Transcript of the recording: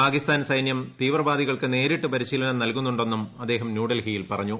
പാകിസ്ഥാൻ സൈന്യം തീവ്രവാദികൾക്ക് നേരിട്ട് പരിശീലനം നൽകുന്നു ന്നും അദ്ദേഹം ന്യൂഡൽഹിയിൽ പറഞ്ഞു